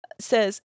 says